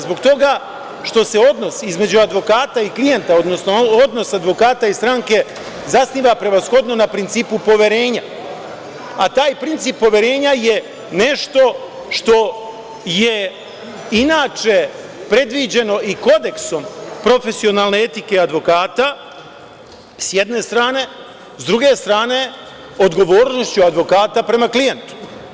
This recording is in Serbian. Zbog toga što se odnos između advokata i klijenta, odnosno odnos advokata i stranke, zasniva prevashodno na principu poverenja, a taj princip poverenja je nešto što je inače predviđeno i kodeksom profesionalne etike advokata s jedne strane, a s druge strane odgovornošću advokata prema klijentu.